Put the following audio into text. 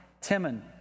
Timon